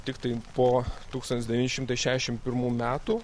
tiktai po tūkstantis devyni šimtai šešiasdešim pirmų metų